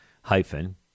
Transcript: hyphen